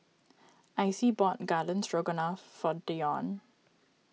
Icy bought Garden Stroganoff for Dionne